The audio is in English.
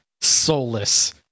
Soulless